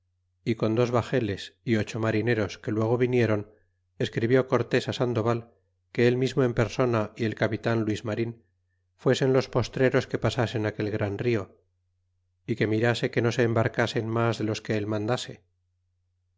y con dos bageles y ocho marineros que luego viniéron escribió cortés sandoval que él mismo en persona y el capitan luis marin fuesen los postreros que pasasen aquel gran rio y que mirase que no se em barcasen mas de los que mandase